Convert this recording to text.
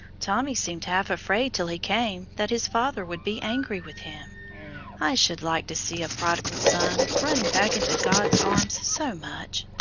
tommy seemed half afraid till he came, that his father would be angry with him i should like to see a prodigal son running back into god's arms so much!